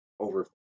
Over